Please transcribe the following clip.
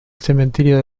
cementerio